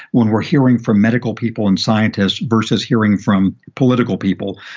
when we're hearing from medical people and scientists versus hearing from political people,